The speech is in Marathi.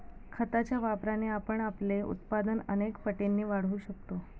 खताच्या वापराने आपण आपले उत्पादन अनेक पटींनी वाढवू शकतो